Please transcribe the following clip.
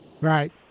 Right